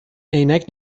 عینک